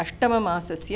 अष्टममासस्य